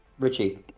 Richie